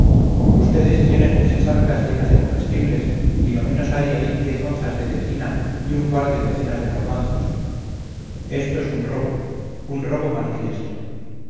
ustedes tienen esas arcas llenas de comestibles y lo menos hay ahí diez onzas de cecina y un par de docenas de garbanzos esto es un robo un robo manifiesto